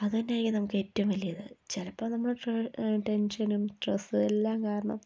അത് തന്നെ ആയിരിക്കും നമുക്കേറ്റവും വലിയ ഇത് ചിലപ്പോള് നമ്മള് ടെൻഷനും സ്ട്രെസ്സുമെല്ലാം കാരണം